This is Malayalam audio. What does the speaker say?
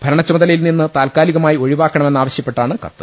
ഭരണചുമതലയിൽ നിന്ന് താൽക്കാലികമായി ഒഴി വാക്കണമെന്നാവശ്യപ്പെട്ടാണ് കത്ത്